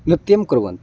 नृत्यं कुर्वन्ति